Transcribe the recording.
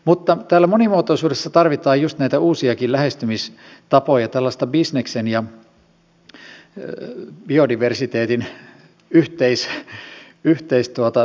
mutta täällä monimuotoisuudessa tarvitaan just näitä uusiakin lähestymistapoja tällaista bisneksen ja biodiversiteetin yhteistoimintaa